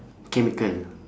mechanical